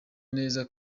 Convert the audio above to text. neza